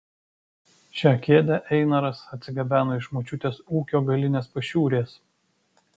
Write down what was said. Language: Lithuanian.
šią kėdę einaras atsigabeno iš močiutės ūkio galinės pašiūrės